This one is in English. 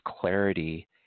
clarity